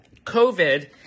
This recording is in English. COVID